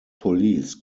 police